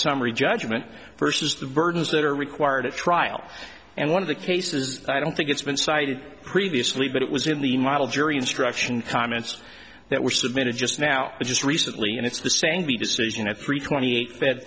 summary judgment versus the burdens that are required at trial and one of the cases i don't think it's been cited previously but it was in the model jury instruction comments that were submitted just now just recently and it's the saying the decision at three twenty